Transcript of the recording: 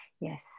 Yes